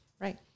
right